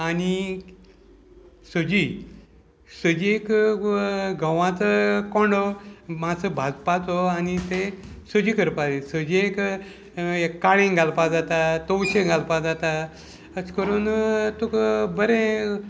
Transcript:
आनी सजी सजयेक घोवाचो कोण्डो मातसो भाजपाचो आनी ते सजी करपाची सजयेक एक काळींग घालपा जाता तोवशें घालपा जाता अशें करून तुका बरें